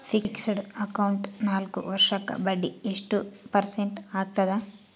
Fixed account ನಾಲ್ಕು ವರ್ಷಕ್ಕ ಬಡ್ಡಿ ಎಷ್ಟು ಪರ್ಸೆಂಟ್ ಆಗ್ತದ?